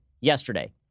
yesterday